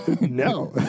No